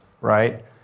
right